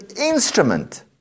instrument